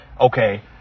okay